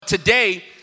Today